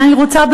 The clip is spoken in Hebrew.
אבל אני רוצה,